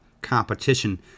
competition